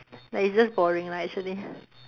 like it's just boring lah actually